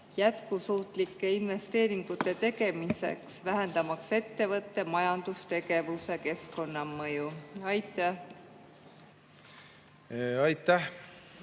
jätkusuutlike investeeringute tegemiseks, vähendamaks ettevõtte majandustegevuse keskkonnamõju? Aitäh,